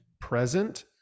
present